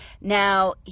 Now